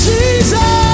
Jesus